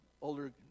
older